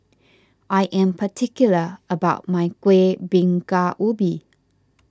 I am particular about my Kuih Bingka Ubi